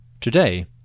Today